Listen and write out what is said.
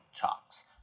Talks